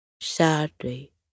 Sadly